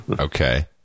Okay